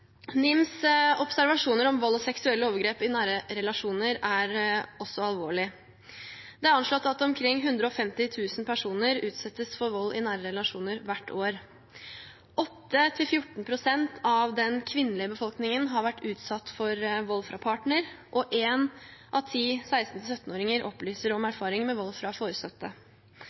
NIMs observasjoner om vold og seksuelle overgrep i nære relasjoner er også alvorlig. Det er anslått at omkring 150 000 personer utsettes for vold i nære relasjoner hvert år. 8–14 pst. av den kvinnelige befolkningen har vært utsatt for vold fra partner, og en av ti 16–17-åringer opplyser om erfaring med vold fra